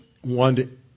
one